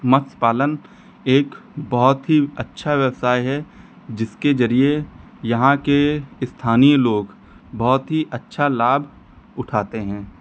मत्स्य पालन एक बहुत ही अच्छा व्यवसाय है जिसके जरिए यहाँ के स्थानीय लोग बहुत ही अच्छा लाभ उठाते हैं